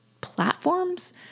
platforms